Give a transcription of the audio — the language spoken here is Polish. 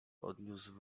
odniósł